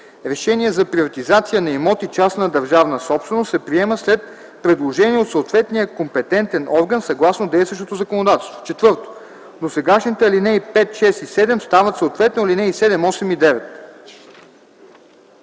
Решение за приватизация на имоти – частна държавна собственост, се приема след предложение от съответния компетентен орган съгласно действащото законодателство.” 4. Досегашните ал. 5, 6 и 7 стават съответно ал. 7, 8 и 9.”